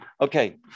Okay